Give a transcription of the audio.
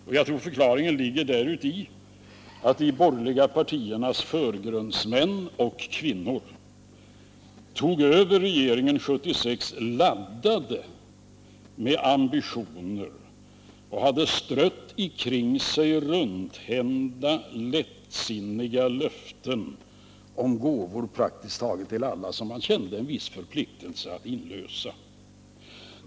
Jag tror att förklaringen ligger däruti att de borgerliga partiernas förgrundsmän och förgrundskvinnor tog över regeringen 1976 laddade med ambitioner och hade strött omkring sig rundhänta lättsinniga löften om gåvor praktiskt taget till alla, så att man kände en viss förpliktelse att infria löftena.